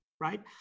right